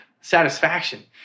satisfaction